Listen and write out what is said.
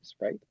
right